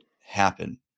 happen